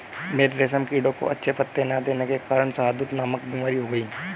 मेरे रेशम कीड़ों को अच्छे पत्ते ना देने के कारण शहदूत नामक बीमारी हो गई है